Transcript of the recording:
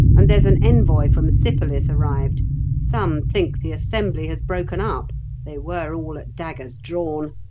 and there's an envoy from sypolis arrived some think the assembly has broken up they were all at daggers drawn.